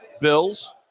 Bills